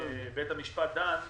שבית המשפט דן,